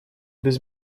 без